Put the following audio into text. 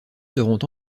seront